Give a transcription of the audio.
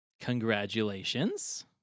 Congratulations